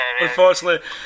unfortunately